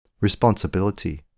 responsibility